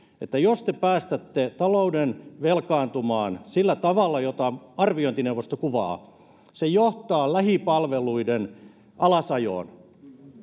että jos te päästätte talouden velkaantumaan sillä tavalla jota arviointineuvosto kuvaa se johtaa lähipalveluiden alasajoon